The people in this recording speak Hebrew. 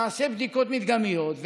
נעשה בדיקות מדגמיות,